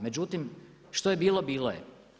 Međutim, što je bilo bilo je.